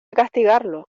castigarlo